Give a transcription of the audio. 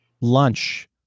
Lunch